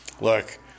look